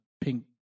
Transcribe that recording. pink